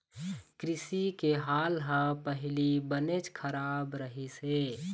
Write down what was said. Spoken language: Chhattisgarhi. कृषि के हाल ह पहिली बनेच खराब रहिस हे